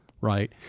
Right